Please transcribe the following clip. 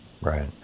Right